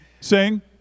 Sing